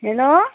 hello